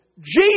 Jesus